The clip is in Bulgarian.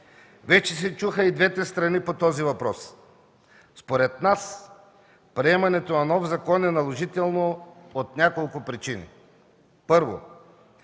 Вече се чуха и двете страни по този въпрос. Според нас приемането на нов закон е наложително по няколко причини.